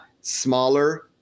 Smaller